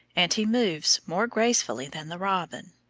and he moves more gracefully than the robin,